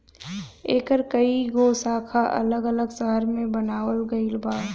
एकर कई गो शाखा अलग अलग शहर में बनावल गईल बा